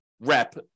rep